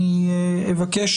אני אבקש,